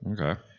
Okay